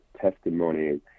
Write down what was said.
testimony